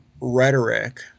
rhetoric